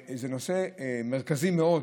זה נושא מרכזי מאוד